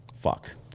Fuck